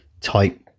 type